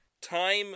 Time